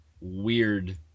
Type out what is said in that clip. weird